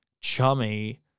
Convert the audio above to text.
chummy